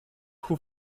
who